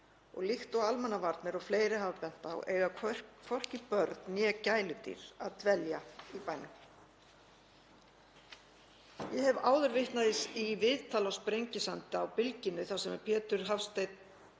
líkt og almannavarnir og fleiri hafa bent á eiga hvorki börn né gæludýr að dvelja í bænum. Ég hef áður vitnað í viðtal á Sprengisandi á Bylgjunni þar sem Pétur Hafsteinn